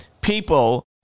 people